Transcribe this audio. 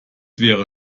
wäre